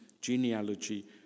genealogy